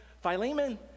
Philemon